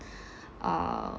uh